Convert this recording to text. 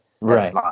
right